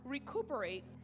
recuperate